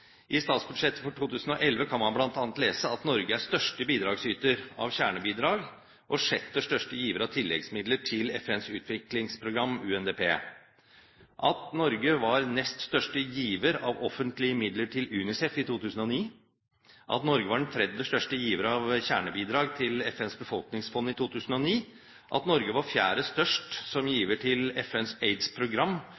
I statsbudsjettet for 2011 kan man bl.a. lese at Norge er største bidragsyter av kjernebidrag og sjette største giver av tilleggsmidler til FNs utviklingsprogram, UNDP at Norge var nest største giver av offentlige midler til UNICEF i 2009 at Norge var den tredje største giver av kjernebidrag til FNs befolkningsfond i 2009 at Norge var fjerde størst som